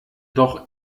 doch